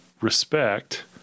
respect